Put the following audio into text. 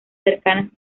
cercanas